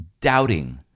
doubting